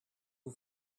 who